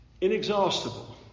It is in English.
Inexhaustible